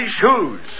shoes